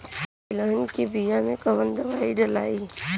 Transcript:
तेलहन के बिया मे कवन दवाई डलाई?